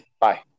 bye